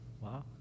Wow